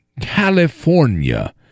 California